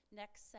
next